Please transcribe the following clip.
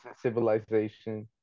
civilization